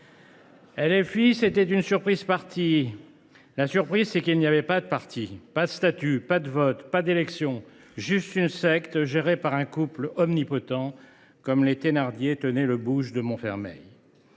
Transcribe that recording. (LFI), c’était une surprise partie. La surprise c’est qu’il n’y avait pas de parti, pas de statuts, pas de vote, pas d’élections : juste une secte gérée par un couple omnipotent, comme les Thénardier tenaient le bouge de Montfermeil…